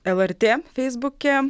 lrt feisbuke